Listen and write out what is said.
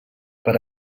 per